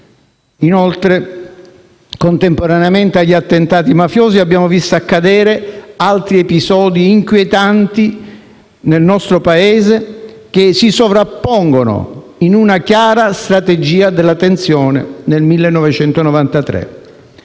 Inoltre, contemporaneamente agli attentati mafiosi, abbiamo visto accadere altri episodi inquietanti nel nostro Paese, che si sovrappongono, in una chiara strategia della tensione, nel 1993.